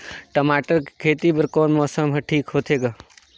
टमाटर कर खेती बर कोन मौसम हर ठीक होथे ग?